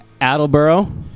Attleboro